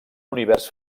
univers